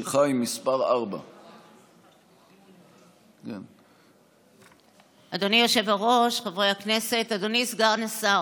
4. אדוני היושב-ראש, חברי הכנסת, אדוני סגן השר,